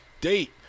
date